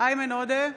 איימן עודה,